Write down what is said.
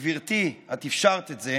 וגברתי, את אפשרת את זה,